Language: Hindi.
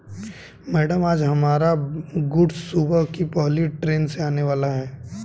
मैडम आज हमारा गुड्स सुबह की पहली ट्रैन से आने वाला है